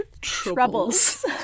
Troubles